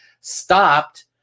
stopped